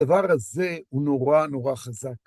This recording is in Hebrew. הדבר הזה, הוא נורא נורא חזק.